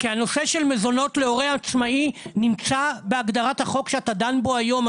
הנושא של מזונות להורה עצמאי נמצא בהגדרת החוק שאתה דן בו היום,